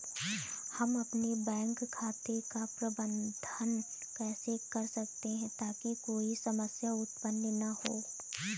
हम अपने बैंक खाते का प्रबंधन कैसे कर सकते हैं ताकि कोई समस्या उत्पन्न न हो?